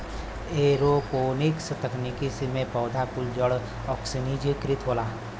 aeroponics तकनीकी में पौधा कुल क जड़ ओक्सिजनकृत होला